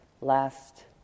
last